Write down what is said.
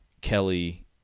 Kelly